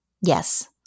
Yes